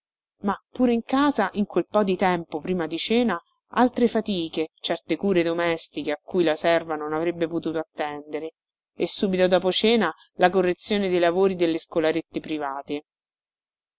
ma pure in casa in quel po di tempo prima di cena altre fatiche certe cure domestiche a cui la serva non avrebbe potuto attendere e subito dopo cena la correzione dei lavori delle scolarette private